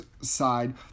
side